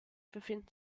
befinden